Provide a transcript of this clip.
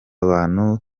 abantu